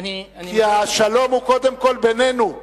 כי השלום הוא קודם כול בינינו,